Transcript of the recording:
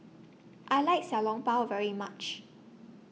I like Xiao Long Bao very much